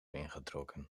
ingetrokken